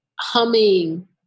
humming